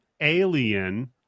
alien